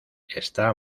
está